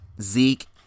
Zeke